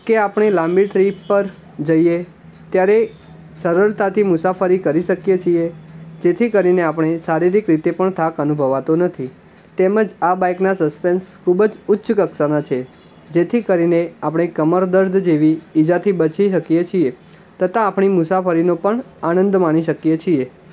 કે આપણે લાંબી ટ્રીપ પર જઈએ ત્યારે સરળતાથી મુસાફરી કરી શકીએ જેથી કરીને આપણે શારીરિક રીતે પણ થાક અનુભવાતો નથી તેમ જ આ બાઈકના સસ્પેન્સ ખૂબ જ ઉચ્ચ કક્ષાનાં છે જેથી કરીને આપણે કમર દર્દ જેવી ઇજાથી બચી શકીએ છીએ તથા આપણી મુસાફરીનો પણ આનંદ માણી શકીએ છીએ